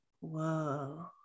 Whoa